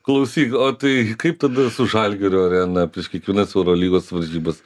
klausyk o tai kaip tada su žalgirio arena prieš kiekvienas eurolygos varžybas